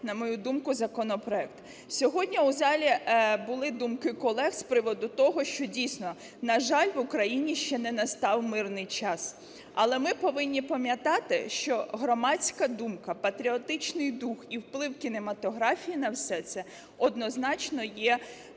на мою думку, законопроект. Сьогодні у залі були думки колег з приводу того, що дійсно, на жаль, в Україні ще не настав мирний час. Але ми повинні пам’ятати, що громадська думка, патріотичний дух і вплив кінематографії на все це однозначно є дуже